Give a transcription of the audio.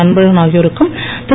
அன்பழகன் ஆகியோருக்கும் திரு